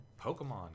Pokemon